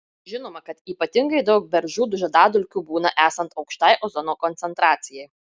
žinoma kad ypatingai daug beržų žiedadulkių būna esant aukštai ozono koncentracijai